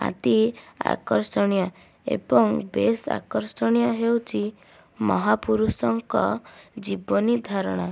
ଆଦି ଆକର୍ଷଣୀୟ ଏବଂ ବେଶ ଆକର୍ଷଣୀୟ ହେଉଛି ମହାପୁରୁଷଙ୍କ ଜୀବନୀ ଧାରଣା